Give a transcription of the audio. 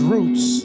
Roots